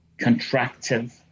contractive